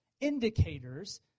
indicators